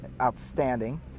outstanding